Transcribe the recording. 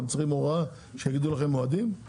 אתם צריכים הוראה שתחייב אתכם למועדים?